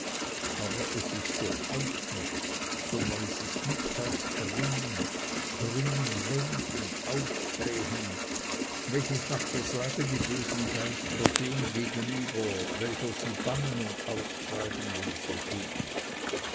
aber es ist durchaus nicht sondern es ist nichts als grimmen krümmen wenden aufblähen welches nach der sage die bösen geister dem gegenüber welcher sie bannen und austreiben will versuchen